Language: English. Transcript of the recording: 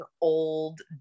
old